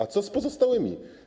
A co z pozostałymi?